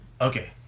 Okay